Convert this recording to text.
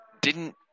Didn't-